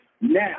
Now